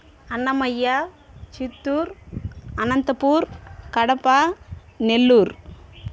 Annamayya Chittoor Anantapur Kadapa Nellore